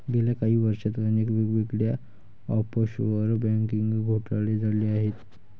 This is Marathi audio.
गेल्या काही वर्षांत अनेक वेगवेगळे ऑफशोअर बँकिंग घोटाळे झाले आहेत